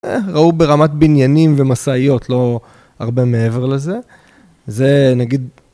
ראו ברמת בניינים ומשאיות, לא הרבה מעבר לזה, זה נגיד...